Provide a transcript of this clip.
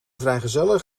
vrijgezellen